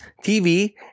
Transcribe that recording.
TV